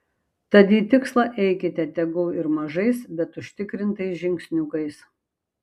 tad į tikslą eikite tegul ir mažais bet užtikrintais žingsniukais